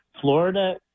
Florida